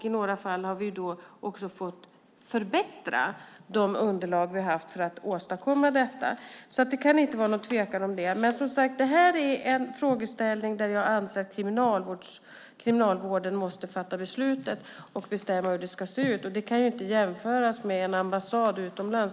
I några fall har vi också fått förbättra de underlag vi har haft för att åstadkomma detta. Detta är en frågeställning där jag anser att Kriminalvården måste fatta beslutet och bestämma hur det ska se ut. Det kan man inte direkt jämföra med en ambassad utomlands.